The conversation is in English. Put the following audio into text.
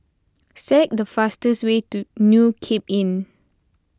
say the fastest way to New Cape Inn